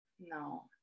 no